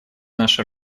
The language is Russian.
нашу